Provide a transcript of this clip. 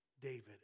David